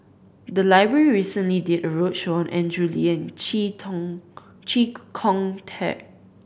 the library recently did a roadshow on Andrew Lee and Chee Tong Chee Kong Tet